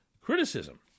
criticism